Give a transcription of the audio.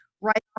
right